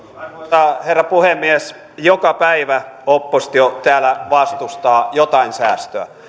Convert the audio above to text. arvoisa herra puhemies joka päivä oppositio täällä vastustaa jotain säästöä